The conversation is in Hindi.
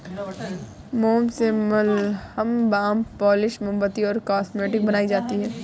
मोम से मलहम, बाम, पॉलिश, मोमबत्ती और कॉस्मेटिक्स बनाई जाती है